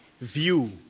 view